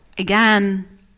Again